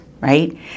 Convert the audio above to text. right